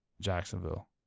Jacksonville